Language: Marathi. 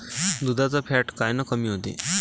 दुधाचं फॅट कायनं कमी होते?